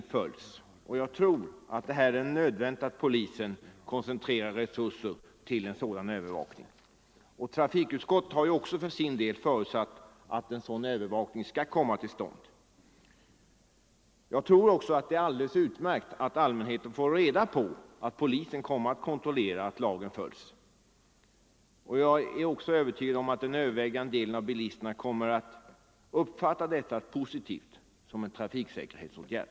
Jag tror att det är nödvändigt att polisen koncentrerar sina resurser på dessa övervakningsuppgifter. Trafikutskottet har även förutsatt att en sådan övervakning skall komma till stånd. Jag tror också att det är alldeles utmärkt att allmänheten får reda på att polisen kontrollerar att lagen efterlevs. Den övervägande delen av bilisterna kommer säkerligen att uppfatta detta positivt som en trafiksäkerhetsåtgärd.